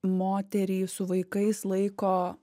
moterį su vaikais laiko